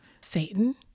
Satan